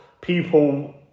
people